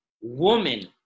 woman